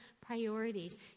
priorities